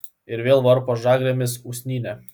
ir vėl varpo žagrėmis usnynę